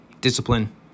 discipline